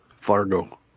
Fargo